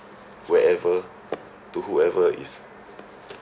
wherever to whoever is